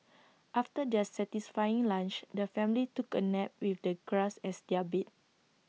after their satisfying lunch the family took A nap with the grass as their bed